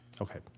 Okay